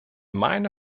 meine